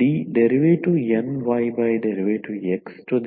dnydxna1dn 1ydxn